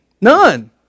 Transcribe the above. None